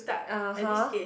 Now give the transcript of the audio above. (uh huh)